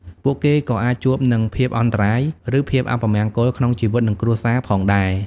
ពួកគេក៏អាចជួបនឹងភាពអន្តរាយ ឬភាពអពមង្គលក្នុងជីវិតនិងគ្រួសារផងដែរ។